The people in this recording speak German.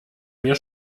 mir